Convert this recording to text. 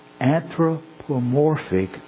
anthropomorphic